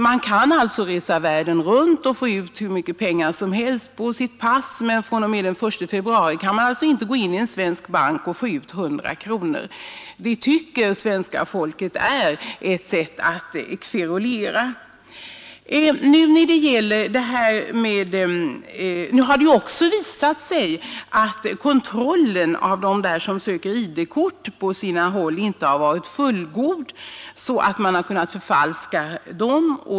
Man kan resa världen runt och överallt få ut hur mycket pengar som helst med hjälp av sitt pass, men fr.o.m. den 1 februari kan man inte ens få ut 100 kronor i en svensk bank. Det har nu visat sig att kontrollen av dem som söker ID-kort på sina håll inte varit fullgod och att ID-korten därigenom kunnat förfalskas.